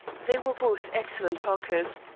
they were both excellent talkers,